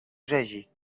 rzezi